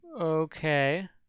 Okay